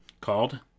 called